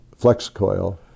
FlexCoil